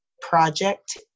Project